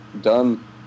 done